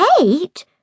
Eight